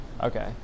Okay